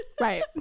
right